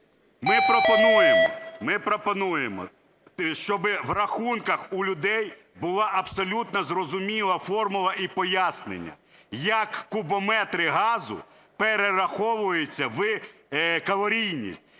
Ми пропонуємо, щоб в рахунках у людей була абсолютна зрозуміла формула і пояснення, як кубометри газу перераховуються в калорійність.